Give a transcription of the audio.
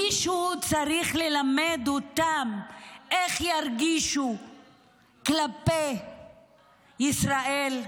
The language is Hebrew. מישהו צריך ללמד אותם איך ירגישו כלפי ישראל?